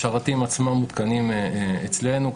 עצמם מותקנים אצלנו,